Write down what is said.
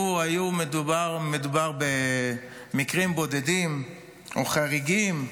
לו היה מדובר במקרים בודדים או חריגים,